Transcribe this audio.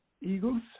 Eagles